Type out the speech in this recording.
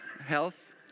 Health